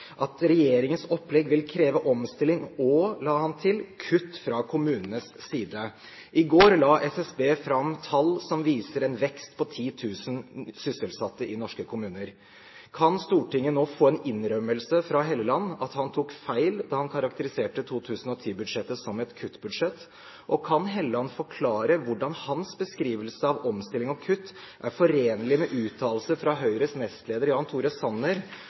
at regjeringens opplegg «vil kreve omstilling og kutt fra kommunenes side». I går la SSB fram tall som viser en vekst på 10 000 sysselsatte i norske kommuner. Kan Stortinget nå få en innrømmelse fra Helleland om at han tok feil da han karakteriserte 2010-budsjettet som et kuttbudsjett, og kan Helleland forklare hvordan hans beskrivelse av omstilling og kutt er forenlig med uttalelser fra Høyres nestleder Jan Tore Sanner